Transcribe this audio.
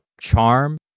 charm